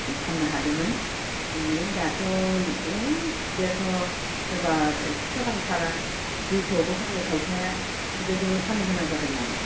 फाननो हादोंमोन नै दाथ' ओइ देरस' सोरबा एक्स' साथि थाखा दुइस'आवबो फानो खायफाया बेबायदियावनो फाननो गोनां जादों आरो